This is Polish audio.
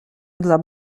dla